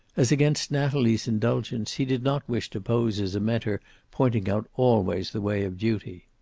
as against natalie's indulgence he did not wish to pose as a mentor pointing out always the way of duty.